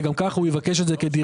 כי גם כך הוא יבקש את זה כדירה,